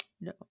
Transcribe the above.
no